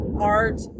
art